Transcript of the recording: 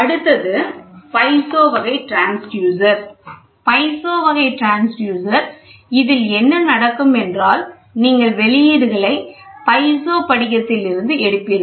அடுத்தது பைசோ வகை transducer piezo வகை டிரான்ஸ்யூசர் இதில் இங்கே என்ன நடக்கும் என்றால் நீங்கள் வெளியீடுகளை பைசோ படிகத்திலிருந்து எடுப்பீர்கள்